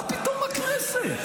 מה פתאום בכנסת?